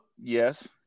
Yes